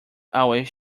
always